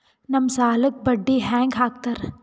ನಮ್ ಸಾಲಕ್ ಬಡ್ಡಿ ಹ್ಯಾಂಗ ಹಾಕ್ತಾರ?